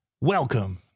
Welcome